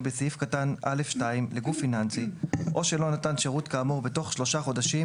בסעיף קטן (א)(2) לגוף פיננסי או שלא נתן שירות כאמור בתוך שלושה חודשים